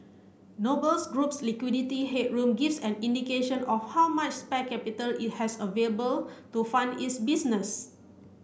Nobles Group's liquidity headroom gives an indication of how much spare capital it has available to fund its business